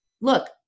look